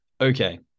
okay